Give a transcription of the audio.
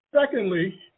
Secondly